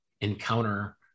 encounter